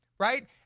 Right